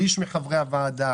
שליש מחברי הוועדה,